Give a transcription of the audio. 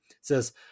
says